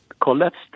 collapsed